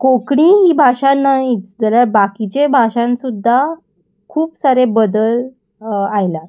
कोंकणी ही भाशा न्हयच जाल्या बाकीचे भाशान सुद्दां खूब सारे बदल आयलात